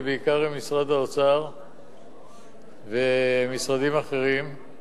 ובעיקר עם משרד האוצר ומשרדים אחרים.